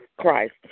Christ